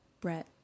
Brett